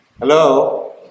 hello